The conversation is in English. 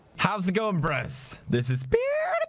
how's it going for us? this is